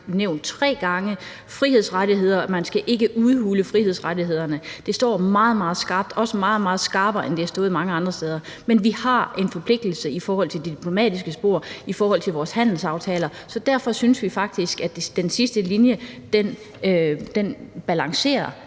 nævnt tre gange – frihedsrettigheder, altså at man ikke skal udhule frihedsrettighederne. Det står meget, meget skarpt, også meget, meget skarpere, end det har stået mange andre steder. Men vi har en forpligtelse i forhold til det diplomatiske spor, i forhold til vores handelsaftaler, så derfor synes vi faktisk, at den sidste linje balancerer